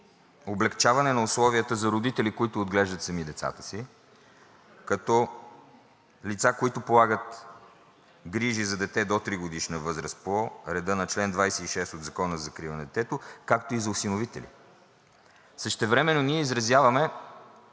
облекчаване на условията за родители, които отглеждат сами децата си, като лица, които полагат грижи за дете до 3-годишна възраст по реда на чл. 26 от Закона за закрила на детето, както и за осиновители. Същевременно ние изразяваме